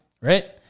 Right